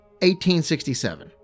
1867